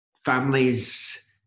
families